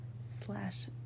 slash